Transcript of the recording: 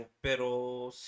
Pero